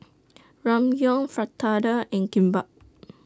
Ramyeon Fritada and Kimbap